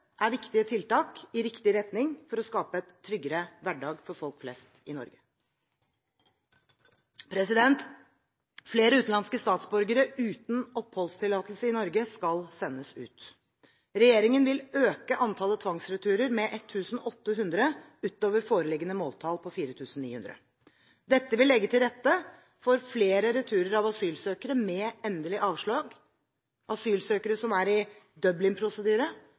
er viktige tiltak i riktig retning for å skape en tryggere hverdag for folk flest i Norge. Flere utenlandske statsborgere uten oppholdstillatelse i Norge skal sendes ut. Regjeringen vil øke antallet tvangsreturer med 1 800 utover foreliggende måltall på 4 900. Dette vil legge til rette for flere returer av asylsøkere med endelig avslag, asylsøkere som er i